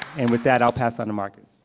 and with that, i'll pass on to marcus.